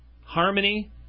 harmony